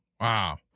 wow